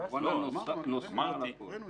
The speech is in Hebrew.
הקורונה נוספה על הכול.